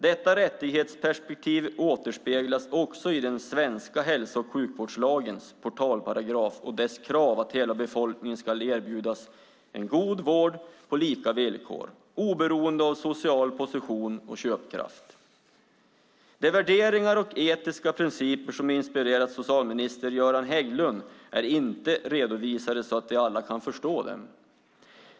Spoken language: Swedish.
Detta rättighetsperspektiv återspeglas också i den svenska hälso och sjukvårdslagens portalparagraf och dess krav att hela befolkningen ska erbjudas en god vård på lika villkor oberoende av social position och köpkraft. De värderingar och etiska principer som inspirerat socialminister Göran Hägglund är inte redovisade så att vi alla kan förstå dem.